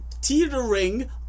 teetering